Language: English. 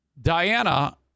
Diana